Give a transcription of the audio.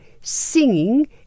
singing